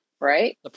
right